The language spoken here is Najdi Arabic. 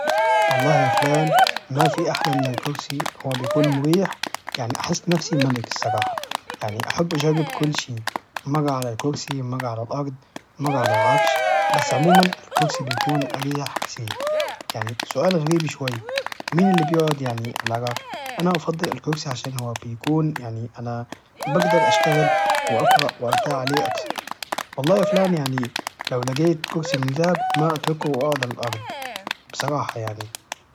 والله يافلان مافي أحلى من الكرسي هو بيكون مريح يعني احس نفسي ملك الصراحة يعني أحب أجرب كل شي مرة على الكرسي مرة على الأرض مرة على العرش بس عموما الكرسي بيكون أريح كثير يعني سؤال غريب شوي مين اللي بيقعد يعني العراق أنا أفضل الكرسي عشان هو بيكون يعني أنا بجدر اشتغل واقرأ وارتاح عليه أكثر والله يافلان يعني لو لقيت كرسي من ذهب ما أتركه واقعد على الأرض بصراحة يعني